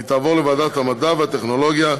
היא תעבור לוועדת המדע והטכנולוגיה,